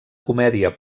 comèdia